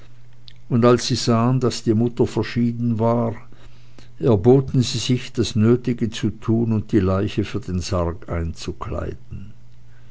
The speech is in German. und als sie sahen daß die mutter verschieden war erboten sie sich das nötige zu tun und die leiche für den sarg einzukleiden